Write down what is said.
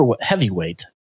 heavyweight